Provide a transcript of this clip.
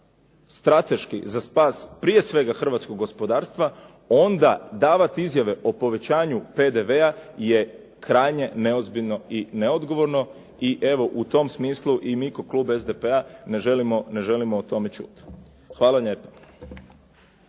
strateški za spas prije svega hrvatskoga gospodarstva onda davati izjave o povećanju PDV-a je krajnje neozbiljno i neodgovorno. I evo u tom smislu i mi kao klub SDP-a ne želimo o tome ćuti. Hvala lijepa.